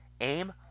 aim